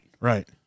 Right